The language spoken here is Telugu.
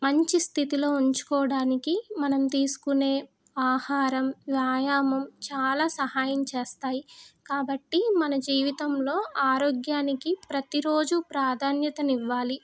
మంచి స్థితిలో ఉంచుకోవడానికి మనం తీసుకునే ఆహారం వ్యాయామం చాలా సహాయం చేస్తాయి కాబట్టి మన జీవితంలో ఆరోగ్యానికి ప్రతిరోజు ప్రాధాన్యతను ఇవ్వాలి